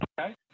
Okay